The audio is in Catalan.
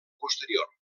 posterior